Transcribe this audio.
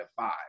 five